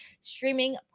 streaming